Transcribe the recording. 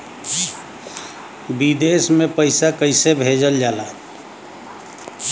विदेश में पैसा कैसे भेजल जाला?